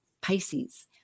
Pisces